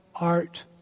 art